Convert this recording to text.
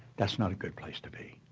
that's not a good place to be.